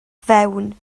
fewn